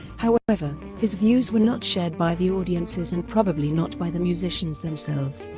however, his views were not shared by the audiences and probably not by the musicians themselves.